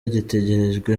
gitegerejwe